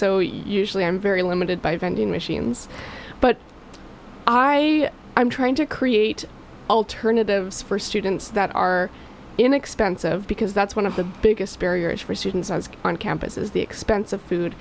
so usually i'm very limited by vending machines but i i'm trying to create alternatives for students that are inexpensive because that's one of the biggest barriers for students on campus is the expense of food